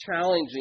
challenging